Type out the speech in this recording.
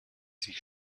sich